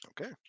okay